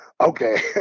okay